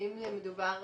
אם מדובר